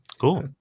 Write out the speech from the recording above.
Cool